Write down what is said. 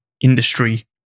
industry